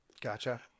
Gotcha